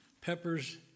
Peppers